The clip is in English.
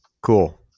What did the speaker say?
cool